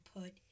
put